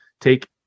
take